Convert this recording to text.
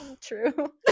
True